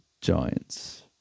Giants